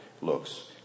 looks